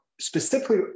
specifically